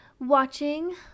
watching